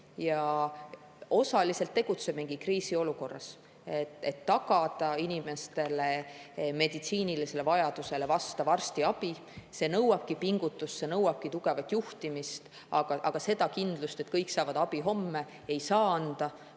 Osaliselt tegutsemegi kriisiolukorras, et tagada inimestele meditsiinilisele vajadusele vastav arstiabi. See nõuabki pingutust, see nõuabki tugevat juhtimist. Seda kindlust, et kõik saavad abi homme, ei saa anda,